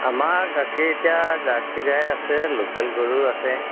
আমাৰ গাখীৰ এতিয়া জাৰ্চি গায় আছে লোকেল গৰুৰ আছে